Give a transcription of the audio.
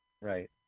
Right